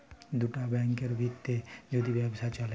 দুটা ব্যাংকের ভিত্রে যদি ব্যবসা চ্যলে